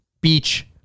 beach